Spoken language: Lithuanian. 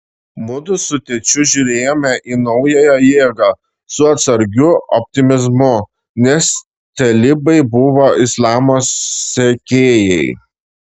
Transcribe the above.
mudu su tėčiu žiūrėjome į naująją jėgą su atsargiu optimizmu nes talibai buvo islamo sekėjai